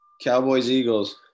Cowboys-Eagles